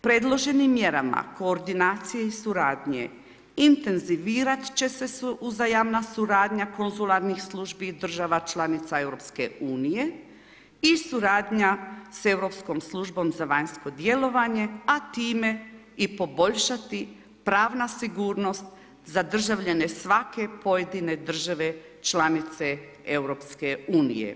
Predloženom mjerama koordinacije i suradnje intenzivirat će uzajamna suradnja konzularnih službi država članica EU i suradnja se Europskom službom za vanjsko djelovanje, a time i poboljšati pravna sigurnost za državljane svake pojedine države članice EU.